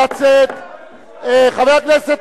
חבר הכנסת